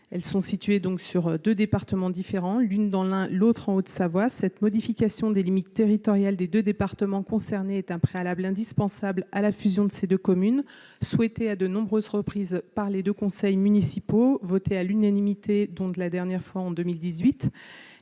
elles sont situées donc sur 2 départements différents, l'une dans l'un, l'autre en Haute-Savoie, cette modification des limites territoriales des 2 départements concernés est un préalable indispensable à la fusion de ces 2 communes souhaiter à de nombreuses reprises par les 2 conseils municipaux ont voté à l'unanimité de la dernière fois en 2018,